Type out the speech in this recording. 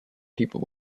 people